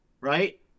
Right